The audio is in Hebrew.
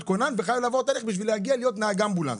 כונן וחייב לעבור דרך בשביל להגיע להיות נהג אמבולנס,